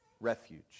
refuge